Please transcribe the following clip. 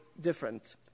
different